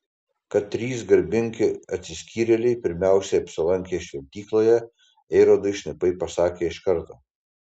kad trys garbingi atsiskyrėliai pirmiausiai apsilankė šventykloje erodui šnipai pasakė iš karto